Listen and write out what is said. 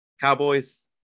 Cowboys